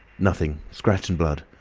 nothing scratch and blood.